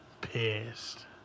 pissed